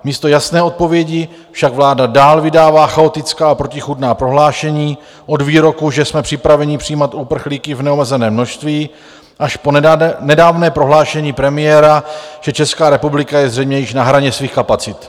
Místo jasné odpovědi však vláda dál vydává chaotická a protichůdná prohlášení od výroku, že jsme připraveni přijímat uprchlíky v neomezeném množství, až po nedávné prohlášení premiéra, že Česká republika je zřejmě již na hraně svých kapacit.